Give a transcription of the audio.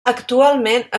actualment